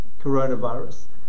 coronavirus